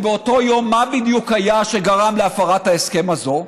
באותו יום מה בדיוק היה שגרם להפרת ההסכם הזו?